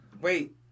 Wait